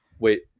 Wait